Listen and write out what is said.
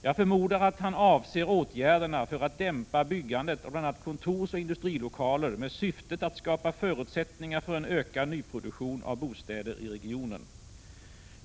Jag förmodar att han avser åtgärderna för att dämpa byggandet av bl.a. kontorsoch industrilokaler med syftet att skapa förutsättningar för en ökad nyproduktion av bostäder i regionen.